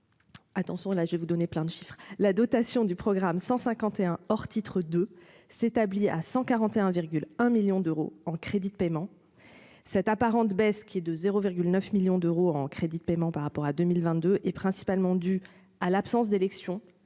attention, là je vais vous donner plein de chiffres, la dotation du programme 151 or titre de s'établit à 141,1 millions d'euros en crédits de paiement cette apparente baisse qui est de 0,9 millions d'euros en crédits de paiement par rapport à 2022 est principalement due à l'absence d'élections